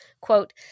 quote